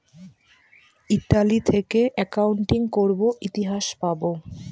Italy থেকে accounting করাবো ইতিহাস পাবো